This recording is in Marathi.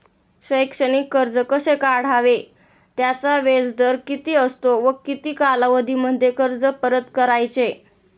शैक्षणिक कर्ज कसे काढावे? त्याचा व्याजदर किती असतो व किती कालावधीमध्ये कर्ज परत करायचे?